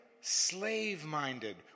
slave-minded